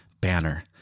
banner